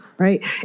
Right